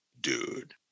dude